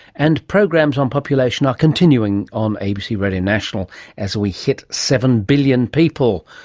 and programs on population are continuing on abc radio national as we hit seven billion people,